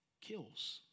kills